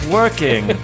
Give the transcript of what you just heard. working